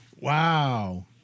Wow